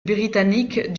britannique